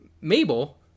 Mabel